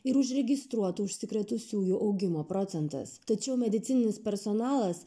ir užregistruotų užsikrėtusiųjų augimo procentas tačiau medicininis personalas